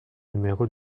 numéro